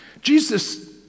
Jesus